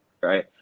Right